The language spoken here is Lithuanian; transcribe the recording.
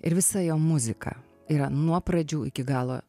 ir visa jo muzika yra nuo pradžių iki galo